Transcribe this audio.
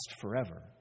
forever